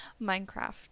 minecraft